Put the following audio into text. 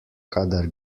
kadar